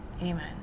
Amen